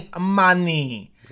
money